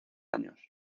años